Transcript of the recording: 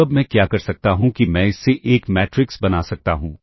और अब मैं क्या कर सकता हूं कि मैं इससे एक मैट्रिक्स बना सकता हूं